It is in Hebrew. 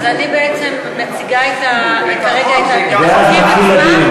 רגע, אז אני בעצם מציגה את, ואז מתחיל הדיון.